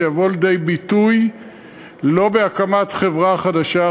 שיבוא לידי ביטוי לא בהקמת חברה חדשה,